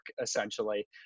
essentially